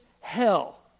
hell